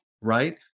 right